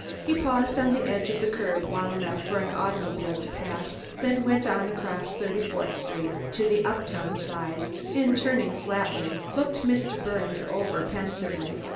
he paused on the edge of the curb long enough for an automobile to pass, then went on across thirty-fourth street to the uptown side and, turning flatly, looked mr. birnes over pensively,